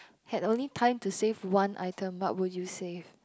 had only time to save one item what would you save